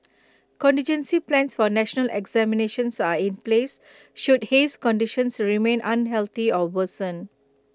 contingency plans for national examinations are in place should haze conditions remain unhealthy or worsen